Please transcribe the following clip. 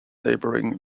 neighboring